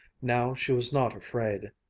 now she was not afraid.